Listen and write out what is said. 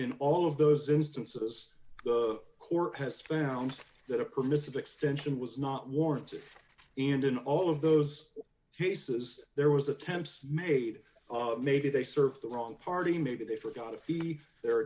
in all of those instances the court has found that a permissive extension was not warranted and in all of those cases there was attempts made maybe they served the wrong party maybe they forgot if the the